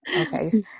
okay